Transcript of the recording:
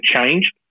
change